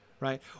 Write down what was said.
Right